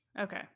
Okay